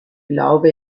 glaube